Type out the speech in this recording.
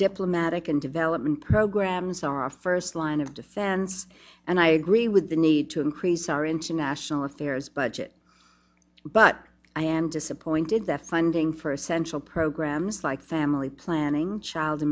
diplomatic and development programs are our first line of defense and i agree with the need to increase our international affairs budget but i am disappointed that funding for essential programs like family planning child